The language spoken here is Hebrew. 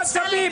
לא עצבים.